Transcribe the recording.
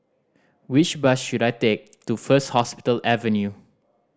which bus should I take to First Hospital Avenue